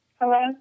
Hello